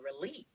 relief